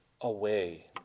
away